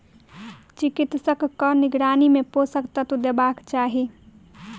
चिकित्सकक निगरानी मे पोषक तत्व देबाक चाही